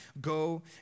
go